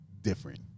different